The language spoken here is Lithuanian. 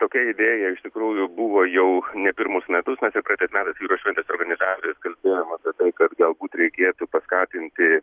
tokia idėja iš tikrųjų buvo jau ne pirmus metus mes ir praeitais metais jūros šventės organizatorius kalbėjom apie tai kad galbūt reikėtų paskatinti